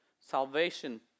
salvation